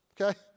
okay